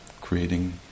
creating